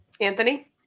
Anthony